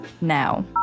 now